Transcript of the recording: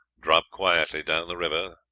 drop quietly down the river.